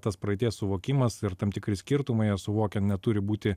tas praeities suvokimas ir tam tikri skirtumai ją nesuvokiant neturi būti